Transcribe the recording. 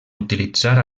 utilitzar